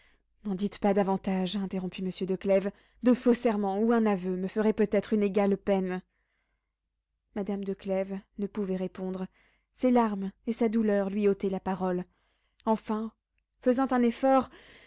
n'en dites pas davantage interrompit monsieur de clèves de faux serments ou un aveu me feraient peut-être une égale peine madame de clèves ne pouvait répondre ses larmes et sa douleur lui ôtaient la parole enfin faisant un effort